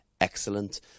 excellent